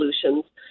solutions